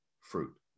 fruit